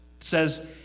says